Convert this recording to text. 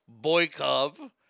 Boykov